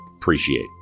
appreciate